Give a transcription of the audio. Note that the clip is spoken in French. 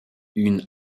une